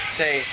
say